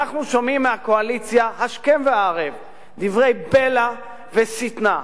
אנחנו שומעים מהקואליציה השכם והערב דברי בלע ושטנה.